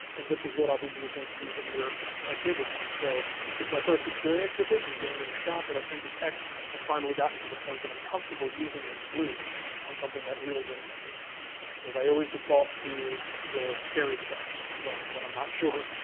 and this is what i'll be using to veneer my table top. so it's my first experience with this, i'm giving it a shot, but i think the tech has finally gotten to the point that i'm comfortable using those glues on something that really really matters because i always default to the scary stuff when when i'm not sure.